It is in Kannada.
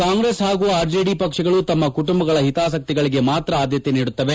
ಕಾಂಗ್ರೆಸ್ ಹಾಗೂ ಆರ್ಜೆಡಿ ಪಕ್ಷಗಳು ತಮ್ಮ ಕುಟುಂಬಗಳ ಹಿತಾಸಕ್ತಿಗಳಿಗೆ ಮಾತ್ರ ಆದ್ಯತೆ ನೀಡುತ್ತವೆ